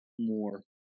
more